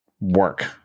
work